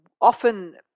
often